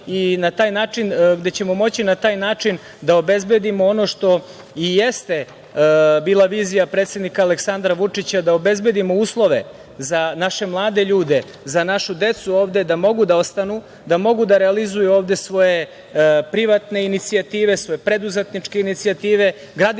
tehničkih nauka, gde ćemo moći na taj način da obezbedimo ono što i jeste bila vizija predsednika Aleksandra Vučića, da obezbedimo uslove za naše mlade ljude, za našu decu ovde, da mogu da ostanu, da mogu da realizuju ovde svoje privatne inicijative, svoje preduzetničke inicijative. Gradimo